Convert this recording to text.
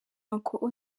uncle